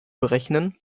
berechnen